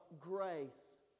grace